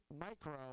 micro